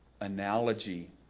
analogy